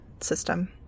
system